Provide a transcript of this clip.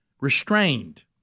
restrained